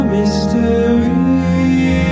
mystery